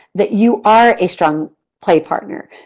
that you are a strong play partner.